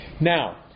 Now